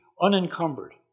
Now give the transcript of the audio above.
unencumbered